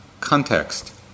context